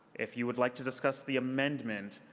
if you would like to discuss the amendment,